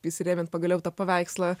įsirėmint pagaliau tą paveikslą